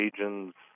agents